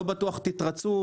לא בטוח תתרצו,